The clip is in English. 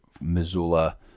Missoula